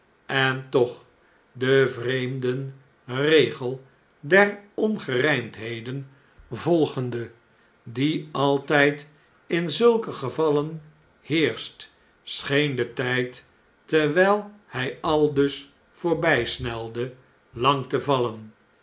en toch den vreemden regel der ongerfimdheden volgende die altijd in zulke gevallen heerscht scheen de tjjd terwjjl hjj aldus voorbjjsnelde lang te vallen